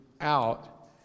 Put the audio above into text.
out